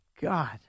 God